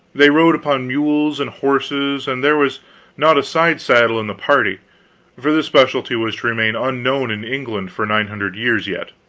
they rode upon mules and horses, and there was not a side-saddle in the party for this specialty was to remain unknown in england for nine hundred years yet.